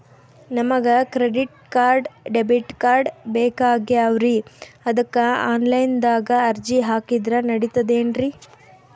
ನಮಗ credit card, debit card ಬೇಕಾಗ್ಯಾವ್ರೀ ಅದಕ್ಕ ಆನಲೈನದಾಗ ಅರ್ಜಿ ಹಾಕಿದ್ರ ನಡಿತದೇನ್ರಿ?